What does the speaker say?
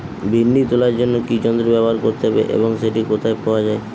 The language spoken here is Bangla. ভিন্ডি তোলার জন্য কি যন্ত্র ব্যবহার করতে হবে এবং সেটি কোথায় পাওয়া যায়?